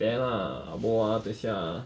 there lah ah bo ah 等一下 ah